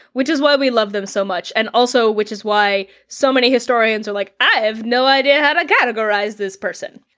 which is why we love them so much and also is why so many historians are like, i have no idea how to categorize this person!